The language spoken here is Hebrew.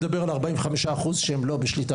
עוד שנייה נדבר על ה-45% שאינם בשליטת